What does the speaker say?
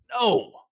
No